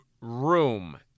room